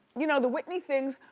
you know the whitney things,